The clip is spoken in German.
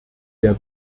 der